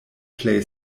plej